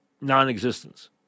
non-existence